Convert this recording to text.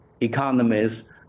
economies